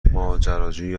ماجراجویی